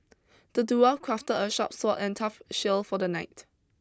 the dwarf crafted a sharp sword and a tough shield for the knight